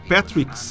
Patrick